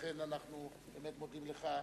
לכן, אנחנו באמת מודים לך.